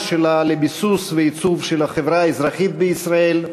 שלה לביסוס ועיצוב של החברה האזרחית בישראל,